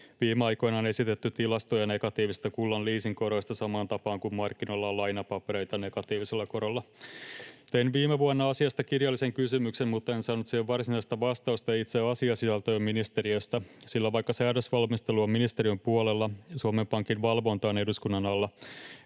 Viime aikoina on esitetty tilastoja negatiivisista kullan leasingkoroista samaan tapaan kuin markkinoilla on lainapapereita negatiivisella korolla. Tein viime vuonna asiasta kirjallisen kysymyksen, mutta en saanut siihen ministeriöstä varsinaista vastausta itse asiasisältöön, sillä vaikka säädösvalmistelu on ministeriön puolella, Suomen Pankin valvonta on eduskunnan alla.